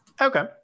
Okay